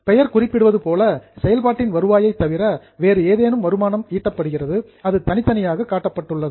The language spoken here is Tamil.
பெயர் குறிப்பிடுவதுபோல செயல்பாட்டின் வருவாயைத் தவிர வேறு ஏதேனும் வருமானம் ஈட்டப்படுகிறது அது தனித்தனியாக காட்டப்பட்டுள்ளது